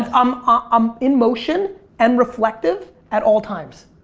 um um ah i'm in motion and reflective at all times.